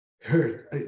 hurt